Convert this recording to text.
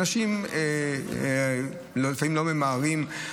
אנשים לפעמים לא ממהרים.